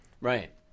Right